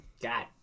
God